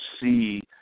see